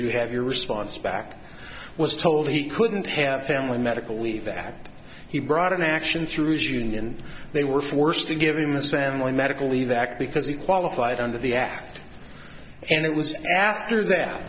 you have your response back was told he couldn't have family medical leave act he brought an action through his union and they were forced to give him a family medical leave act because he qualified under the act and it was after that